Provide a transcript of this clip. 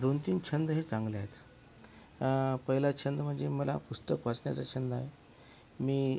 दोन तीन छंद हे चांगले आहेत पहिला छंद म्हणजे मला पुस्तक वाचण्याचा छंद आहे मी